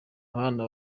abana